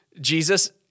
Jesus